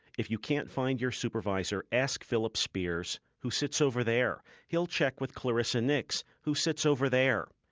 if you can't find your supervisor, ask phillip spiers, who sits over there. he'll check with clarissa nicks, who sits over there.